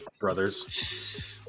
brothers